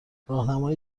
راهنمای